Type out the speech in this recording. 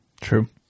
true